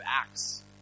Acts